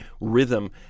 rhythm